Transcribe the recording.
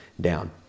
down